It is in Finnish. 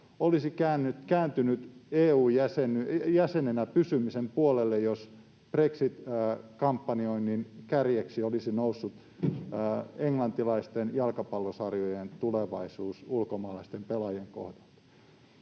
olisi kääntynyt EU-jäsenenä pysymisen puolelle, jos brexit-kampanjoinnin kärjeksi olisi noussut englantilaisten jalkapallosarjojen tulevaisuus ulkomaalaisten pelaajien kohdalla.